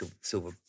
silver